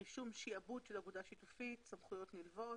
רישום שעבוד של אגודה שיתופית וסמכויות נלוות.